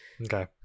Okay